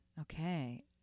Okay